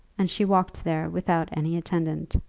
and she walked there without any attendant.